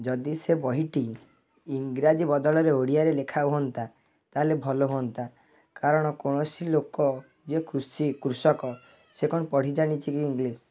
ଯଦି ସେ ବହିଟି ଇଂରାଜୀ ବଦଳରେ ଓଡ଼ିଆରେ ଲେଖା ହୁଅନ୍ତା ତାହେଲେ ଭଲ ହୁଅନ୍ତା କାରଣ କୌଣସି ଲୋକ ଯେ କୃଷି କୃଷକ ସେ କ'ଣ ପଢ଼ି ଜାଣିଛି କି ଇଂଲିଶ୍